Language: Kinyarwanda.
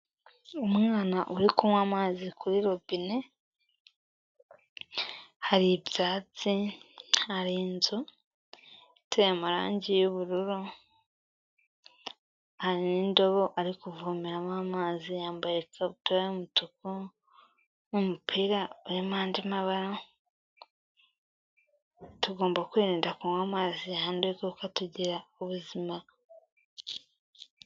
Umwana uri kunywa amazi kuri robine, hari ibyatsi, hari inzu iteye amarangi y'ubururu, hari n'indobo ari kuvomeramo amazi, yambaye ikabutura y'umutuku n'umupira urimo andi mabara, tugomba kwirinda kunywa amazi yanduye kuko tugira ubuzima.